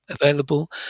available